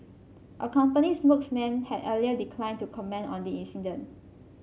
a company spokesman had earlier declined to comment on the incident